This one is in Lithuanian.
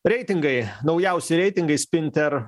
reitingai naujausi reitingai spinter